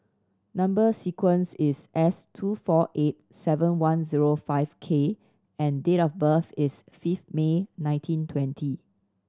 number sequence is S two four eight seven one zero five K and date of birth is fifth May nineteen twenty